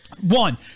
One